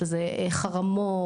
שזה חרמות,